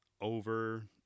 over